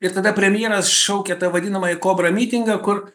ir tada premjeras šaukia tą vadinamąjį kobra mitingą kur